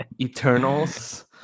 Eternals